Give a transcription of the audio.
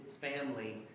family